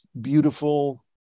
beautiful